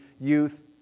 youth